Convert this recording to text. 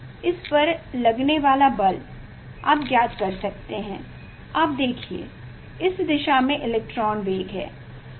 इस पर लगने वाला बल आप ज्ञात कर सकते हैं आप देखिए इस दिशा में इलेक्ट्रॉन वेग हैं